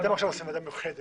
אתם עכשיו עושים אותה מיוחדת.